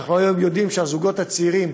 אנחנו היום יודעים שהזוגות הצעירים,